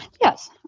Yes